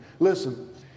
Listen